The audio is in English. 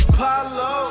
Apollo